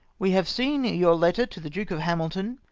we have seen your letter to the duke of hamilton,